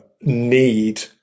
need